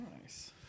Nice